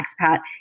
expat